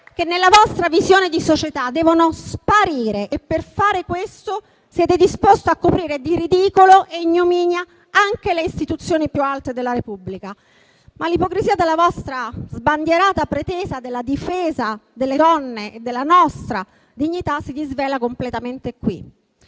che nella vostra visione di società devono sparire, e per fare questo siete disposti a coprire di ridicolo e ignominia anche le istituzioni più alte della Repubblica. Tuttavia, l'ipocrisia dalla vostra sbandierata pretesa della difesa delle donne e della nostra dignità si disvela completamente qui.